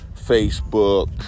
Facebook